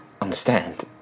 understand